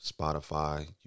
Spotify